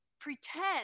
pretend